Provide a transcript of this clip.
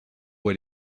elle